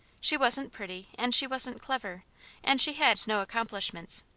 she wasn't pretty and she wasn't clever and she had no accomplishments.